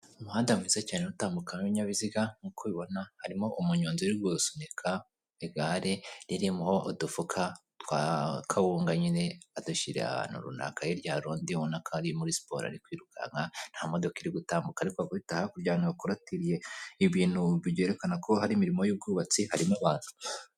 Umuhanda mwiza cyane utambukamo ibinyabiziga nk'uko ubibona harimo umunyonzi uri gusunika igare ririmo udufuka twa kawunga nyine adushyira ahantu runaka hirya hari undi ubonana ko ari muri siporo ari kwirukanka nta modoka iri gutambuka ariko guhita hakurya ahantu hakorotiriye ibintu byerekana ko hari imirimo y'ubwubatsi harimo abantu.